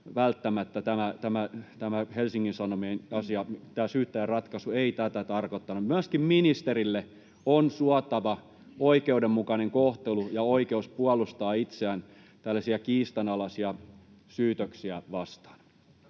Tämä syyttäjän ratkaisu ei tätä tarkoittanut. Myöskin ministerille on suotava oikeudenmukainen kohtelu ja oikeus puolustaa itseään tällaisia kiistanalaisia syytöksiä vastaan.